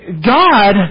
God